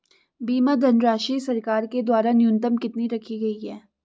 बीमा धनराशि सरकार के द्वारा न्यूनतम कितनी रखी गई है?